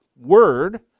word